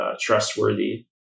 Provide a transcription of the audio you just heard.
trustworthy